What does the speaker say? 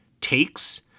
takes